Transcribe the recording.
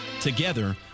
together